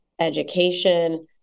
education